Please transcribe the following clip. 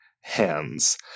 hands